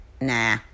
nah